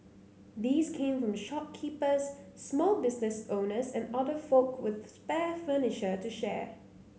these came from shopkeepers small business owners and other folk with spare furniture to share